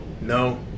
No